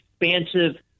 expansive